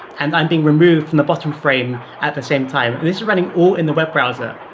and i'm being removed from the bottom frame at the same time. and this is running all in the web browser.